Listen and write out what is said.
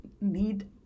need